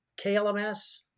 KLMS